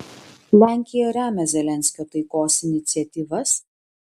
lenkija remia zelenskio taikos iniciatyvas